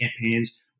campaigns